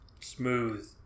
Smooth